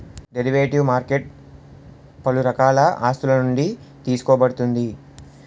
derivative market పలు రకాల ఆస్తులునుండి తీసుకోబడుతుంది